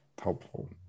helpful